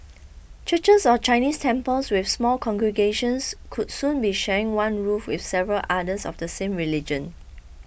churches or Chinese temples with small congregations could soon be sharing one roof with several others of the same religion